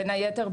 בין היתר,